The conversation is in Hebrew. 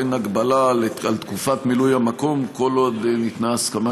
אין הגבלה על תקופת מילוי המקום כל עוד ניתנה הסכמה